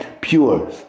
pure